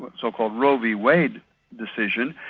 but so-called roe v wade decision,